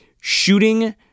shooting